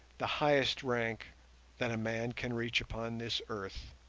the highest rank that a man can reach upon this earth.